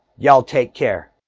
y'all take care.